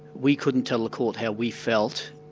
we couldn't tell the court how we felt,